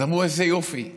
אז אמרו: איזה יופי,